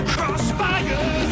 Crossfire